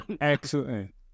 Excellent